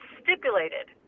stipulated